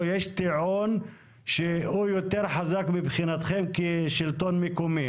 או יש טיעון שהוא יותר חזק מבחינתכם כשלטון מקומי?